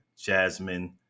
Jasmine